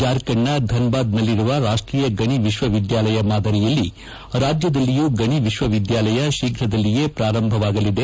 ಜಾರ್ಖಂಡ್ ನ ಧನ್ ಭಾದ್ ನಲ್ಲಿರುವ ರಾಷ್ಟೀಯ ಗಣಿ ವಿಶ್ವವಿದ್ಯಾಲಯ ಮಾದರಿಯಲ್ಲಿ ರಾಜ್ಯದಲ್ಲಿಯೂ ಗಣಿ ವಿಶ್ವವಿದ್ಯಾಲಯ ಶ್ರೀಫ್ರದಲ್ಲಿಯೇ ಪ್ರಾರಂಭವಾಗಲಿದೆ